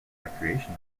recreation